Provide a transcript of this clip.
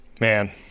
man